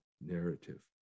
narrative